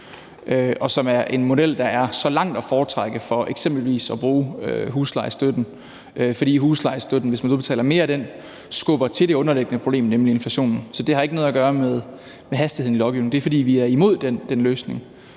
og som er en model, som er så langt at foretrække frem for at bruge huslejestøtten. For hvis man udbetaler mere i huslejestøtte, skubber man til det underliggende problem, nemlig inflationen. Så det har ikke noget at gøre med hastigheden i lovgivningen. Det er, fordi vi er imod den løsning,